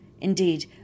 Indeed